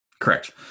Correct